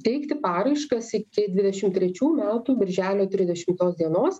teikti paraiškas iki dvidešim trečių metų birželio trisdešimtos dienos